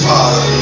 Father